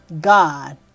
God